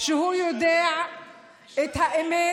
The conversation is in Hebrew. שהוא יודע את האמת,